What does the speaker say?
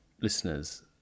listeners